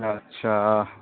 ଆଚ୍ଛା